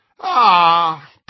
Ah